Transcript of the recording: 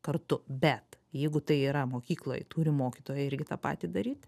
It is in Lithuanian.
kartu bet jeigu tai yra mokykloj turi mokytojai irgi tą patį daryt